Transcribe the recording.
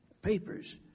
Papers